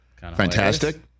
fantastic